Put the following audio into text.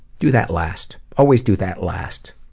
do that last. always do that last.